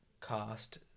cast